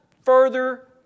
further